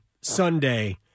Sunday